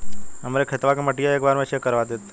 हमरे खेतवा क मटीया एक बार चेक करवा देत?